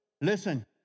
Listen